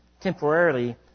temporarily